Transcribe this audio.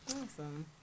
Awesome